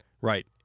Right